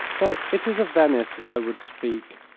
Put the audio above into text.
but it is of venice that i would speak.